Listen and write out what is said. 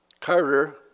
Carter